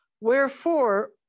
Wherefore